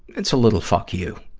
that's a little fuck you,